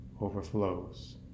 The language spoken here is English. overflows